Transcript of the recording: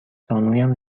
زانویم